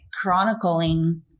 chronicling